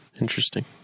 Interesting